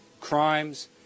crimes